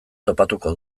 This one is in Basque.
topatuko